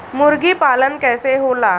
मुर्गी पालन कैसे होला?